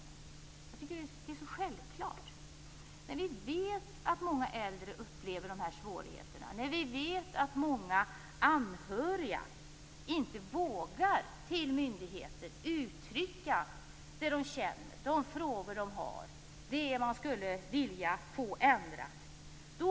Jag tycker att det är självklart när vi vet att många äldre upplever svårigheter, när vi vet att många anhöriga inte vågar uttrycka det de känner, de frågor de har, det man skulle vilja få ändrat till myndigheterna.